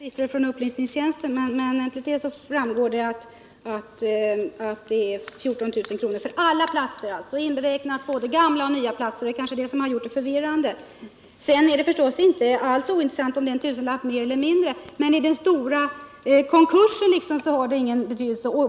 Herr talman! I så fall har jag fått felaktiga siffror från riksdagens upplysningstjänst, men av dessa framgår att statsbidraget är 14 000 kr för alla platser, alltså inberäknat både gamla och nya platser. Det är kanske detta som gjort det hela förvirrande. Sedan är det förstås inte alls ointressant om det är en tusenlapp mer eller mindre —-i den stora konkursen har det liksom ingen betydelse.